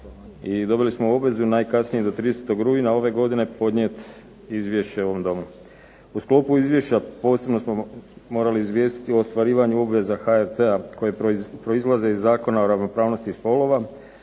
dobili smo obvezu najkasnije do 30. rujna ove godine podnijeti izvješće ovom Domu. U sklopu izvješća posebno smo morali izvijestiti o ostvarivanju obveza HRT-a koje proizlaze iz Zakona o ravnopravnosti spolova,